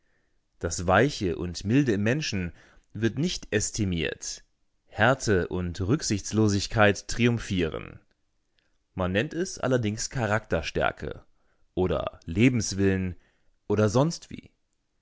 das weiche und milde im menschen wird nicht ästimiert härte und rücksichtslosigkeit triumphieren man nennt es allerdings charakterstärke oder lebenswillen oder sonstwie